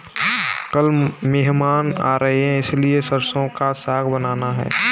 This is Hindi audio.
कल मेहमान आ रहे हैं इसलिए सरसों का साग बनाना